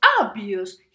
obvious